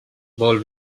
vol